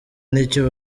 icyo